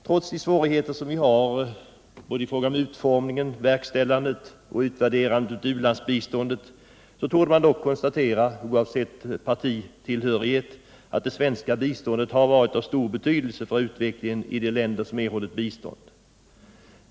Trots de svårigheter vi har i fråga om utformningen, verkställandet och utvärderandet av u-landsbiståndet torde man, oavsett partitillhörighet, kunna konstatera att det svenska biståndet har varit av stor betydelse för utvecklingen i de länder som erhållit bistånd.